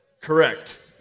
Correct